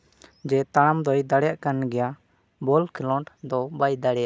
ᱡᱮ ᱛᱟᱲᱟᱢ ᱫᱚᱭ ᱫᱟᱲᱮᱭᱟᱜ ᱠᱟᱱ ᱜᱮᱭᱟ ᱵᱚᱞ ᱠᱷᱮᱞᱚᱸᱰ ᱫᱚ ᱵᱟᱭ ᱫᱲᱟᱮᱭᱟᱜᱼᱟ